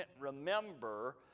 Remember